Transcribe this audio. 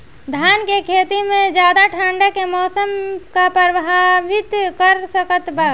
धान के खेती में ज्यादा ठंडा के मौसम का प्रभावित कर सकता बा?